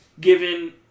given